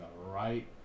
right